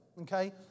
okay